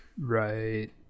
Right